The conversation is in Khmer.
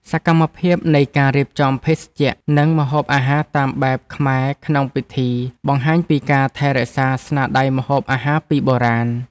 សកម្មភាពនៃការរៀបចំភេសជ្ជៈ និងម្ហូបអាហារតាមបែបខ្មែរក្នុងពិធី បង្ហាញពីការថែរក្សាស្នាដៃម្ហូបអាហារពីបុរាណ។